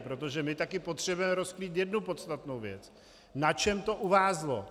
Protože my taky potřebujeme rozkrýt jednu podstatnou věc: Na čem to uvázlo.